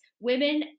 women